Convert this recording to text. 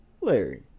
larry